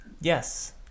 Yes